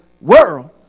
world